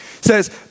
says